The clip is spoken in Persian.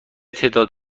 تعداد